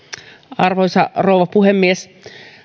arvoisa rouva puhemies